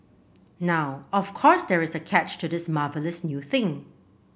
now of course there is a catch to this marvellous new thing